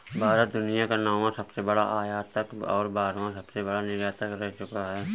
भारत दुनिया का नौवां सबसे बड़ा आयातक और बारहवां सबसे बड़ा निर्यातक रह चूका है